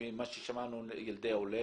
כמו ששמענו על ילדים עולים,